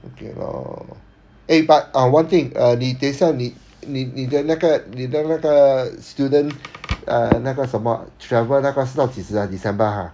okay lor eh but uh one thing uh 你等一下你你你的那个你的那个 student err 那个什么 travel 那个是到几时 ha december ha